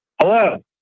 hello